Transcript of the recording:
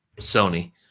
Sony